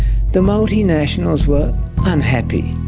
the multinationals were unhappy.